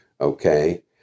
okay